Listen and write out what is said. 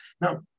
Now